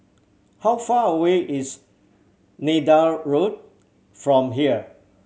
how far away is Neythal Road from here